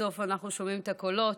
בסוף אנחנו שומעים את הקולות,